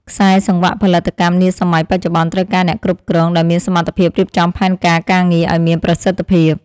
ខ្សែសង្វាក់ផលិតកម្មនាសម័យបច្ចុប្បន្នត្រូវការអ្នកគ្រប់គ្រងដែលមានសមត្ថភាពរៀបចំផែនការការងារឱ្យមានប្រសិទ្ធភាព។